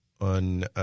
on